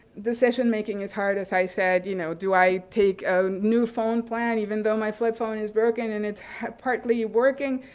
decision-making is hard, as i said, you know. do i take a new phone plan even though my flip phone is broken and it's partly working?